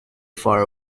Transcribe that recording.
far